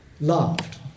loved